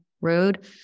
road